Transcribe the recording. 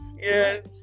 Yes